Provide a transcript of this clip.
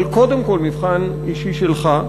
אבל קודם כול מבחן אישי שלך.